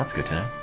gotta